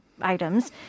items